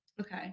Okay